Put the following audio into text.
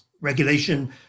regulation